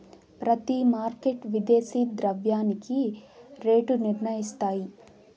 ప్రతి మార్కెట్ విదేశీ ద్రవ్యానికి రేటు నిర్ణయిస్తాయి